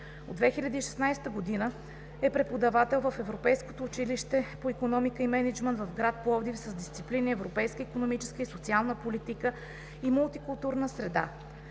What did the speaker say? От 2016 г. е преподавател в Европейското висше училище по икономика и мениджмънт в град Пловдив с дисциплини „Европейска икономическа и социална политика“ и „Мултикултурна бизнес